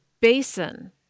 basin